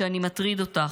סליחה שאני מטריד אותך,